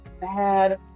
bad